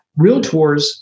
realtors